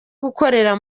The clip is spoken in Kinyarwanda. gukorera